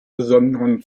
besonderen